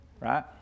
Right